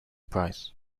price